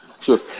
Sure